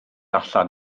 allan